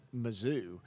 mizzou